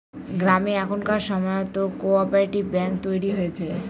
গ্রামে এখনকার সময়তো কো অপারেটিভ ব্যাঙ্ক তৈরী হয়েছে